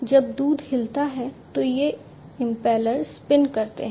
जब दूध हिलता है तो ये इम्पेलर स्पिन करते हैं